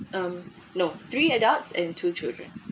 um no three adults and two children